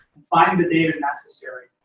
find the data necessary,